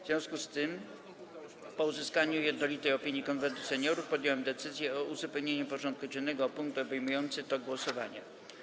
W związku z tym, po uzyskaniu jednolitej opinii Konwentu Seniorów, podjąłem decyzję o uzupełnieniu porządku dziennego o punkt obejmujący to głosowanie.